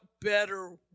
better